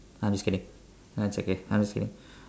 I'm just kidding nah it's okay I'm just kidding